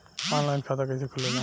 Online खाता कइसे खुलेला?